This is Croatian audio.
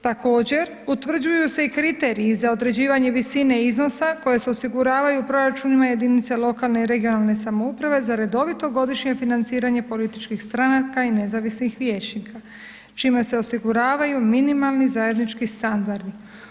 Također utvrđuju se i kriteriji za određivanje visine iznosa koji se osiguravaju u proračunima jedinica lokalne i regionalne samouprave za redovito godišnje financiranje političkih stranaka i nezavisnih vijećnika čime se osiguravaju minimalni zajednički standardi.